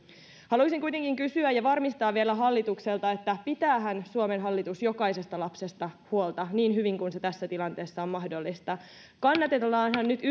haluaisin kuitenkin kysyä ja varmistaa vielä hallitukselta pitäähän suomen hallitus jokaisesta lapsesta huolta niin hyvin kuin se tässä tilanteessa on mahdollista kannatellaanhan nyt